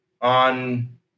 on